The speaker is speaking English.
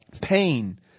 pain